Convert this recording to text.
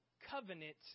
covenant